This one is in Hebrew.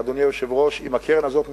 אדוני היושב-ראש, אם הקרן הזאת מתכלה,